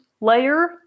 Layer